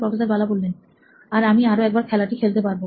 professor Bala আর আমি আরো একবার খেলাটি খেলতে পারব